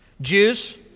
Jews